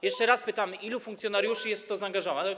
Jeszcze raz pytamy: Ilu funkcjonariuszy jest w to zaangażowanych?